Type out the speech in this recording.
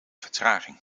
vertraging